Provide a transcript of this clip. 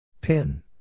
Pin